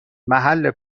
محل